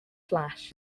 flash